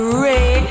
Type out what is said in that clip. ray